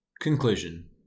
Conclusion